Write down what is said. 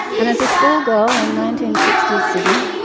and as a schoolgirl in nineteen sixty s sydney,